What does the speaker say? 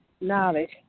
knowledge